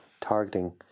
targeting